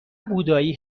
بودایی